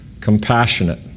compassionate